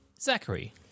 Zachary